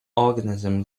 organism